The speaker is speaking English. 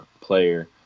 player